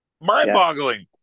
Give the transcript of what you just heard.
mind-boggling